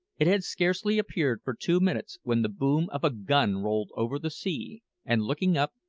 it had scarcely appeared for two minutes when the boom of a gun rolled over the sea, and looking up,